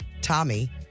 Tommy